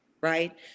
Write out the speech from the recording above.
right